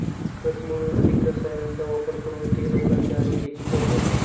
खत म्हणून अधिक रसायनांचा वापर करून ते लोकांच्या आरोग्याशी खेळतात